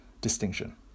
distinction